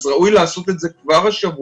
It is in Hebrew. אז ראוי לעשות את זה כבר השבוע,